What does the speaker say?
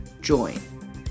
join